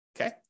okay